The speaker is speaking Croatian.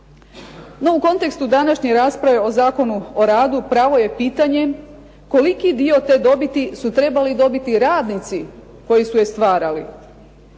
No u kontekstu današnje rasprave o Zakonu o radu pravo je pitanje koliki dio te dobiti su trebali dobiti radnici koji su je stvarali.